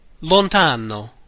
Lontano